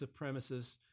supremacists